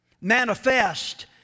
manifest